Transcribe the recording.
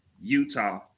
Utah